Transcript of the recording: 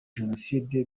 jenoside